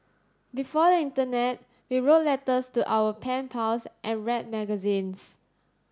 before the internet we wrote letters to our pen pals and read magazines